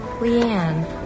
leanne